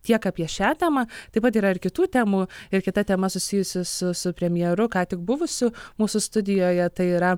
tiek apie šią temą taip pat yra ir kitų temų ir kita tema susijusi su su premjeru ką tik buvusiu mūsų studijoje tai yra